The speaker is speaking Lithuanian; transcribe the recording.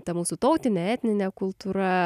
ta mūsų tautine etnine kultūra